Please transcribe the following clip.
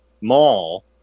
mall